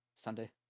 Sunday